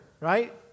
right